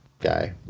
guy